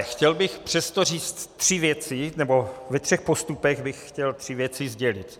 Chtěl bych přesto říct tři věci, nebo ve třech postupech bych chtěl tři věci sdělit.